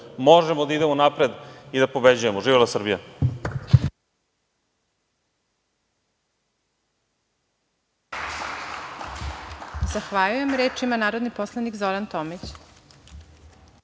možemo da idemo napred i da pobeđujemo. Živela Srbija.